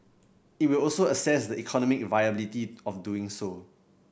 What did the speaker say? it will also assess the economic viability of doing so